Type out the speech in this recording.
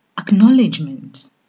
acknowledgement